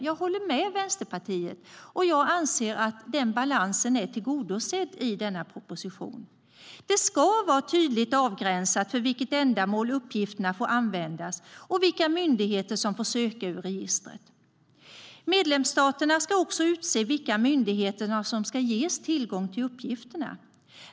Jag håller med Vänsterpartiet, och jag anser att den balansen är tillgodosedd i denna proposition. Det ska vara tydligt avgränsat för vilket ändamål uppgifterna får användas och vilka myndigheter som får söka ur registret. Medlemsstaterna ska också utse vilka myndigheter som ska ges tillgång till uppgifterna.